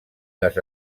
les